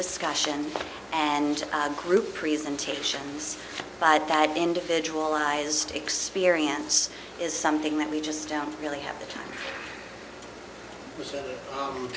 discussion and group presentations but that individualized experience is something that we just don't really have the time